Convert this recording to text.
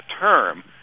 term